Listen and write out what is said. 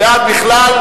משרד הרווחה,